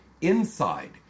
INSIDE